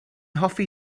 hoffi